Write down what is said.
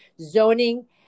zoning